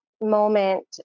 moment